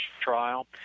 trial